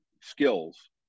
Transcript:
skills